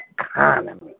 economy